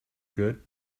good